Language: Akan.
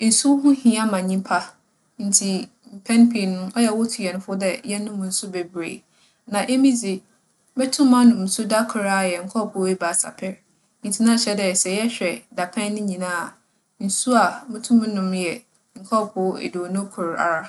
Nsu ho hia ma nyimpa ntsi mpɛn pii no ͻyɛ a wotu hɛn fo dɛ yɛnom nsu beberee. Na emi dze, metum manom nsu da kor ara yɛ nkͻͻpoow ebiasa pɛr. Ntsi na kyerɛ dɛ sɛ yɛhwɛ dapɛn no nyina a, nsu a mutum monom yɛ nkͻͻpoow eduonu kor ara.